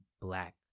Black